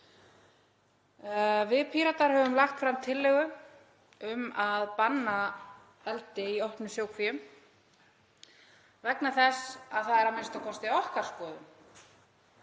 Við Píratar höfum lagt fram tillögu um að banna eldi í opnum sjókvíum vegna þess að það er a.m.k. okkar skoðun